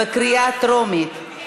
בקריאה טרומית.